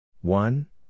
one